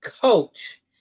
coach